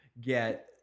get